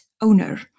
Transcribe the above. owner